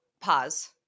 pause